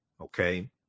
Okay